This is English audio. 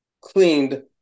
cleaned